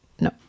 No